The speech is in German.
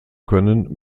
können